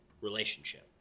relationship